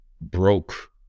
broke